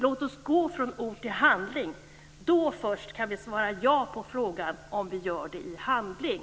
Låt oss gå från ord till handling. Då först kan vi svara ja på frågan om vi gör det i handling.